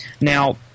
Now